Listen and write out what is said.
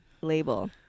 label